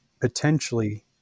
potentially